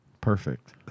Perfect